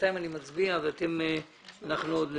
בינתיים אני מצביע ואנחנו עוד נדבר.